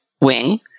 wing